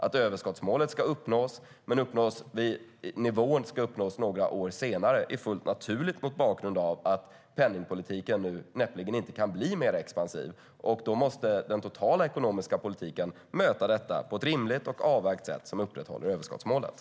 Att överskottsmålet ska uppnås, men att nivån ska uppnås några år senare, är fullt naturligt mot bakgrund av att penningpolitiken nu näppeligen kan bli mer expansiv. Då måste den totala ekonomiska politiken möta detta på ett rimligt och avvägt sätt som upprätthåller överskottsmålet.